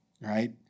right